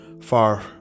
far